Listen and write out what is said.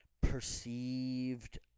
perceived